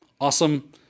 Awesome